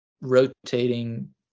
rotating